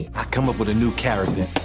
i come up with a new character.